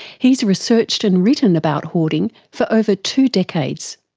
he's researched and written about hoarding for over two decades.